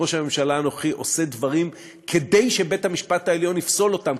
ראש הממשלה הנוכחי עושה דברים כדי שבית-המשפט יפסול אותם,